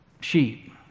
sheep